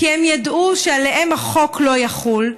כי הם ידעו שעליהם החוק לא יחול,